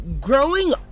Growing